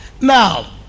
Now